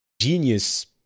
genius